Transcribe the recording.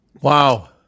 wow